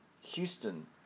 Houston